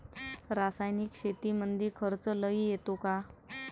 रासायनिक शेतीमंदी खर्च लई येतो का?